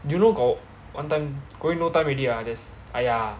you know got one time going no time already ah just !aiya!